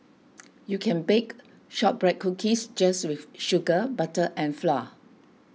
you can bake Shortbread Cookies just with sugar butter and flour